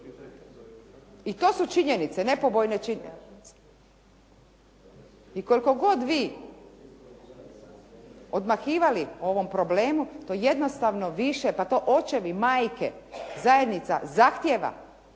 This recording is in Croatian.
I to su činjenice, nepobojne činjenice. I koliko god vi odmahivali o ovom problemu to jednostavno više, pa to očevi i majke, zajednica zahtijeva